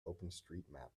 openstreetmap